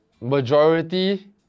...majority